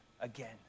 again